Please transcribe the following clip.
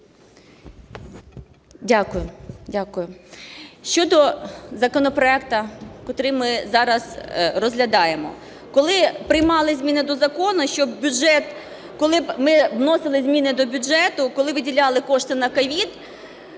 Дякую. Щодо законопроекту, котрий ми зараз розглядаємо. Коли приймали зміни до закону, щоб бюджет, коли ми вносили зміни до бюджету, коли виділяли кошти на COVID,